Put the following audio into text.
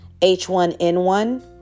H1N1